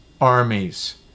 armies